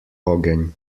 ogenj